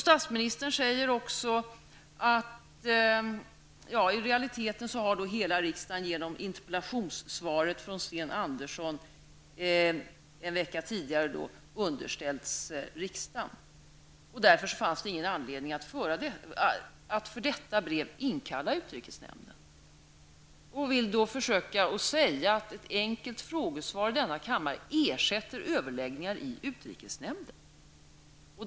Statsministern sade också vid utfrågningen att frågan i realiteten genom interpellationssvaret från Sten Andersson -- som lämnades en vecka före utfrågningen -- hade underställts riksdagen och att det därför inte fanns någon anledning att för detta brev inkalla utrikesnämnden. Statsministern vill alltså försöka säga att ett enkelt frågesvar i denna kammare ersätter överläggningar i utrikesnämnden.